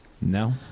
No